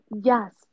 yes